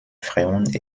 freund